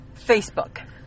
Facebook